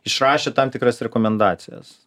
išrašė tam tikras rekomendacijas